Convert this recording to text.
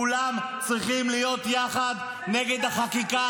כולם צריכים להיות יחד נגד החקיקה